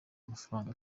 amafaranga